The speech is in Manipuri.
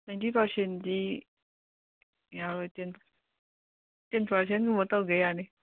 ꯇ꯭ꯋꯦꯟꯇꯤ ꯄꯥꯔꯁꯦꯟꯗꯤ ꯌꯥꯔꯣꯏ ꯇꯦꯟ ꯇꯦꯟ ꯄꯥꯔꯁꯦꯟꯒꯨꯝꯕ ꯇꯧꯒꯦ ꯌꯥꯅꯤ